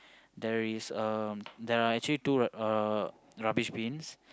there is um there are actually two uh rubbish bins